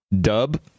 dub